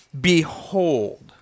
behold